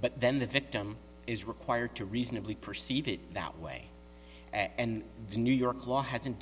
but then the victim is required to reasonably perceive it that way and the new york law hasn't